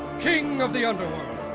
king of the underworld!